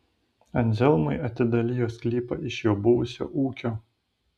anzelmui atidalijo sklypą iš jo buvusio ūkio